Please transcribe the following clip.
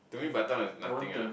to me Batam is nothing ah